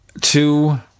two